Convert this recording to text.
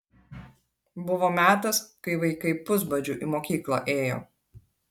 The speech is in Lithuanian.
buvo metas kai vaikai pusbadžiu į mokyklą ėjo